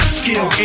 skill